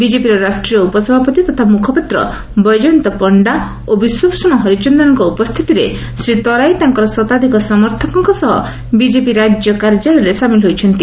ବିଜେପିର ରାଷ୍ଟ୍ରୀୟ ଉପସଭାପତି ତଥା ମୁଖପାତ୍ର ବୈଜୟନ୍ତ ପଶ୍ରା ଓ ବିଶ୍ୱଭ୍ଷଣ ହରିଚନ୍ଦନଙ ଉପସ୍ଥିତିରେ ଶ୍ରୀ ତରାଇ ତାଙ୍କର ଶତାଧ୍କ ସମର୍ଥକଙ୍କ ସହ ବିଜେପି ରାଜ୍ୟ କାର୍ଯ୍ୟାଳୟରେ ସାମିଲ ହୋଇଛନ୍ତି